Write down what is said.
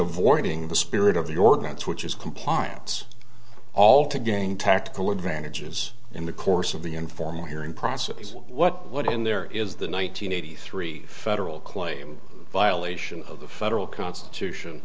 avoiding the spirit of the ordinance which is compliance all to gain tactical advantages in the course of the informal hearing process what what in there is the one nine hundred eighty three federal claim violation of the federal constitution